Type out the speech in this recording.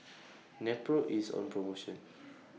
Nepro IS on promotion